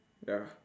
ya